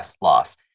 loss